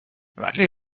ولی